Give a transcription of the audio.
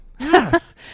Yes